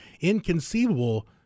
Inconceivable